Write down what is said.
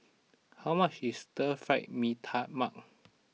how much is Stir Fry Mee Tai Mak